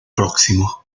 próximo